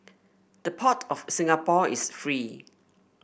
the port of Singapore is free